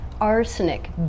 arsenic